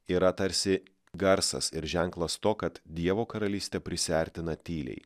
yra tarsi garsas ir ženklas to kad dievo karalystė prisiartina tyliai